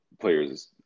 players